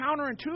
counterintuitive